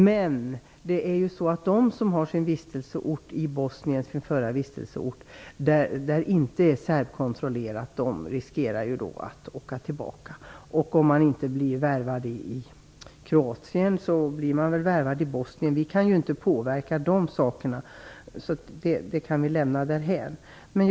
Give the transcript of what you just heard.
Men de som har sin förra vistelseort i den del av Bosnien som inte är serbkontrollerad riskerar att få åka tillbaka. Om man inte blir värvad i Kroatien så blir man väl värvad i Bosnien. Vi kan inte påverka de sakerna. Det kan vi lämna därhän.